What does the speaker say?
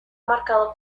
marcado